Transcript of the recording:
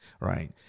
right